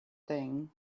thing